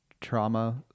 Trauma